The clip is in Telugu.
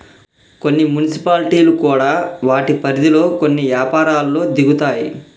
కొన్ని మున్సిపాలిటీలు కూడా వాటి పరిధిలో కొన్ని యపారాల్లో దిగుతాయి